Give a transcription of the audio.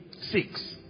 six